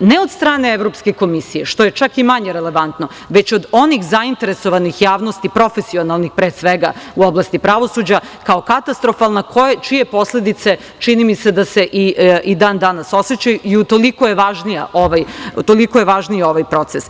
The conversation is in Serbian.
ne od strane Evropske komisije, što je čak i manje relevantno, već od onih zainteresovanih javnosti, profesionalnih pre svega u oblasti pravosuđa, kao katastrofalna, čije posledice, čini mi se da se i dan danas osećaju i utoliko je važniji ovaj proces.